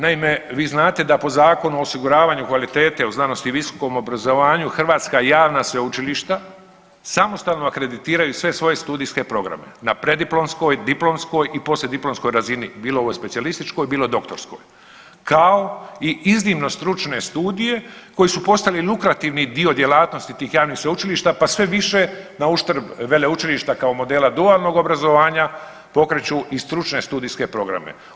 Naime, vi znate da po Zakonu o osiguravanju kvalitete u znanosti i visokom obrazovanju hrvatska javna sveučilišta samostalno akreditiraju sve svoje studijske programe na preddiplomskoj, diplomskoj i poslijediplomskoj razini, bilo u specijalističkoj, bilo doktorskoj, kao i iznimno stručne studije koji su postali lukrativni dio djelatnosti tih javnih sveučilišta pa sve više nauštrb veleučilišta kao modela dualnog obrazovanja pokreću i stručne studijske programe.